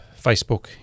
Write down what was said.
Facebook